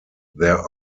there